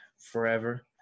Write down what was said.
forever